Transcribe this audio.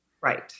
Right